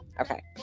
Okay